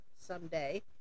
someday